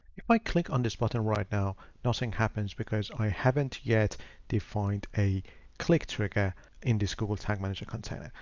if i click on this button right now, nothing happens because i haven't yet defined a click trigger in this google tag manager container.